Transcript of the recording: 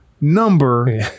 number